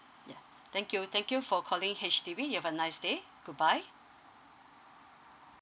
ya thank you thank you for calling H_D_B you have a nice day good bye